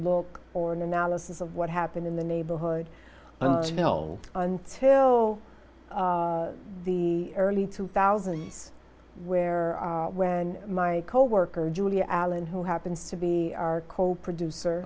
look or an analysis of what happened in the neighborhood you know until the early two thousand where when my coworker julie allen who happens to be our co producer